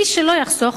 מי שלא יחסוך,